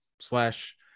slash